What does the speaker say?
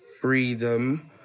freedom